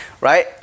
Right